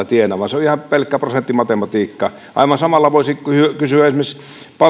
tienaavaan se on ihan pelkkää prosenttimatematiikkaa aivan samalla lailla voisi kysyä esimerkiksi